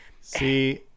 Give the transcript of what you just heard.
See